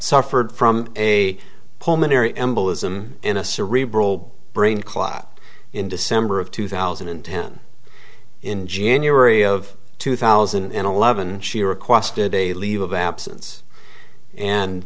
suffered from a pulmonary embolism in a cerebral brain clot in december of two thousand and ten in january of two thousand and eleven she requested a leave of absence and